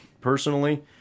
personally